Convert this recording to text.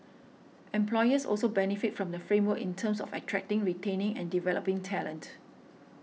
employers also benefit from the framework in terms of attracting retaining and developing talent